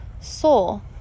soul